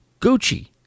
Gucci